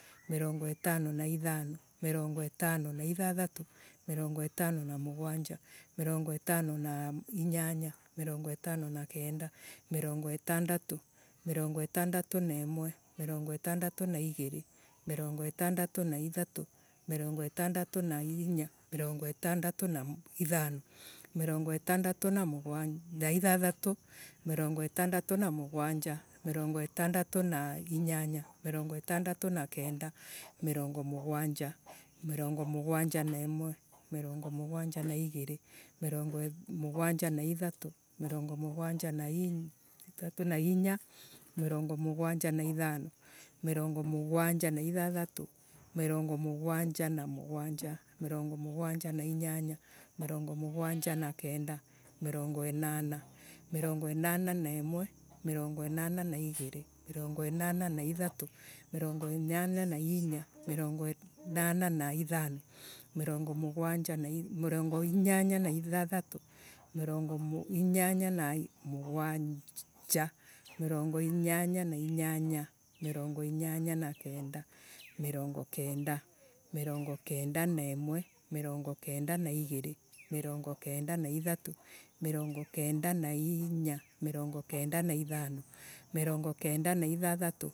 Mirongo itano na ithano. mirongo itano na ithathatu. mirongo itano na mugwanja. mirongo itano na kenda mirongo itano na kenda. mirongo itandatu. mirongo itandatu na imwe. mirongo itandatu na igiire. mirongo itandatu na ithatu. mirongo itandatu na inya. mirongo itandatu na ithano. mirongo itandatu na ithathatu. miringo ithathatu na mugwanja. mirongo ithathatu na inyanya. mirongo itandatu na kenda. mirongo mugwanja. mirongo mugwanja na imwe. mirongo mugwanja na igiire. mirongo mugwanja na ithatu. mirongo mugwanja na inya. mirongo mugwanja na ithano. mirongo mugwanja na ithathatu. mirongo mugwanja na mugwanja. mirongo mugwanja na inyainya. mirongo mugwanja na kenda. mirongo inana. mirongo inana na imwe. mirongo inana na igiire. mirongo inana na ithatu. mirongo inana na inya. mirongo inana na ithano mirongo inana na ithathatu. mirongo inana na mugwanja. mirongo inana na inyanya. mirongo inana na kenda. mirongo kenda. mirongo kenda. na imwe. mirongo kenda na igiire. mirongo kenda na ithatu. mirongo kenda na inya. mirongo kenda na ithano. mirongo kenda na ithathatu.